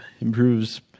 improves